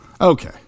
Okay